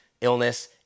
illness